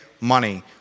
money